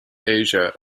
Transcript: asia